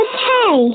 Okay